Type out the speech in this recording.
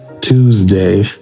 Tuesday